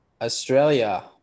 Australia